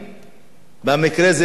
במקרה הזה מחיר העגבניות,